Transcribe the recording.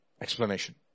Explanation